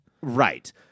Right